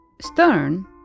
stern